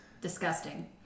Disgusting